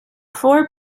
four